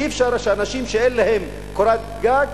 אי-אפשר שאנשים שאין להם קורת גג,